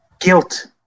guilt